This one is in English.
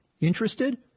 Interested